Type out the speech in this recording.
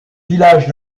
villages